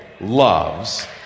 loves